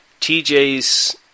TJ's